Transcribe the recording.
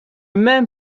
même